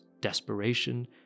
desperation